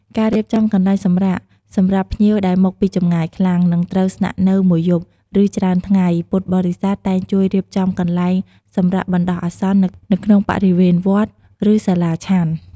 ការគ្រប់គ្រងបរិក្ខារ ពួកគេទទួលបន្ទុកក្នុងការគ្រប់គ្រង និងធានាថាបរិក្ខារចាំបាច់ទាំងអស់ ដូចជាឧបករណ៍ភ្លើង កង្ហារ ជាដើម ដំណើរការបានល្អសម្រាប់ជាប្រយោជន៍ដល់ភ្ញៀវ។